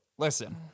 Listen